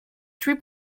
three